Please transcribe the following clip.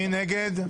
מי נמנע?